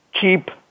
Keep